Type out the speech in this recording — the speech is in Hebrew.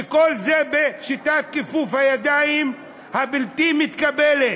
וכל זה בשיטת כיפוף הידיים הבלתי-מתקבלת.